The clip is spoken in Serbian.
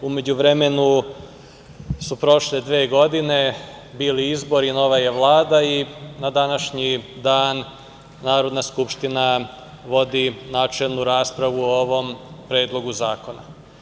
U međuvremenu su prošle dve godine, bili izbori, nova je Vlada i na današnji dan Narodna skupština vodi načelnu raspravu o ovom Predlogu zakona.